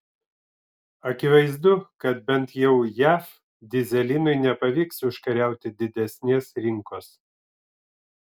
akivaizdu kad bent jau jav dyzelinui nepavyks užkariauti didesnės rinkos